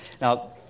Now